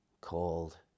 called